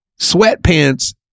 sweatpants